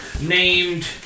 named